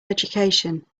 education